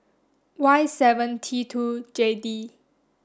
Y seven T two J D